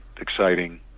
exciting